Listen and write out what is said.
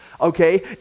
okay